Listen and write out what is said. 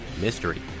Mystery